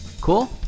Cool